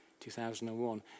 2001